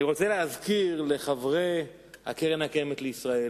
אני רוצה להזכיר לחברי קרן קיימת לישראל